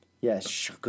Yes